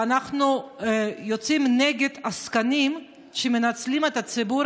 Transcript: ואנחנו יוצאים נגד עסקנים שמנצלים את הציבור